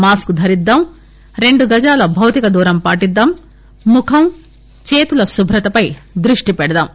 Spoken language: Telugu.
మాస్క్ ధరిద్దాం రెండు గజాల భౌతిక దూరం పాటిద్దాం ముఖం చేతుల శుభ్రతపై దృష్టి పెడదాం